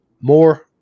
more